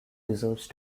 deserve